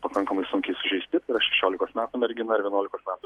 pakankamai sunkiai sužeisti šešiolikos metų mergina ir vienuolikos metų